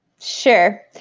sure